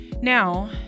Now